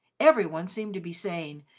every one seemed to be saying,